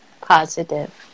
positive